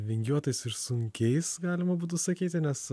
vingiuotais ir sunkiais galima būtų sakyti nes